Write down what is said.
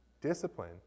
discipline